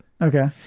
Okay